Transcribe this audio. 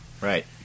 Right